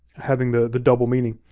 having the the double meaning.